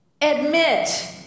Admit